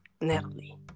Nearly